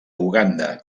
uganda